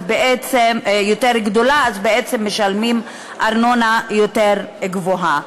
אז בעצם משלמים ארנונה יותר גבוהה.